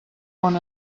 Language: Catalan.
bon